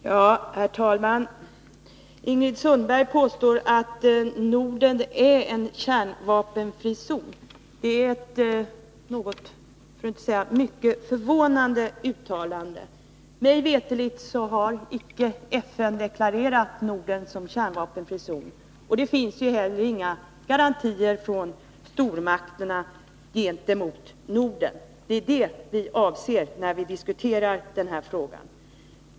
Herr talman! Ingrid Sundberg påstår att Norden är en kärnvapenfri zon. Det är ett mycket förvånande uttalande. Mig veterligt har FN icke deklarerat Norden som kärnvapenfri zon. Det finns heller inga garantier från stormakterna gentemot Norden. Det är det som vi avser när vi diskuterar denna fråga.